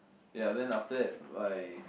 ya then after that my